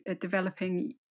developing